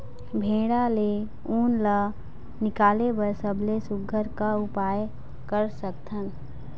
भेड़ा ले उन ला निकाले बर सबले सुघ्घर का उपाय कर सकथन?